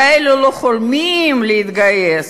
ואלה, לא חולמים להתגייס.